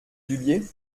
dubié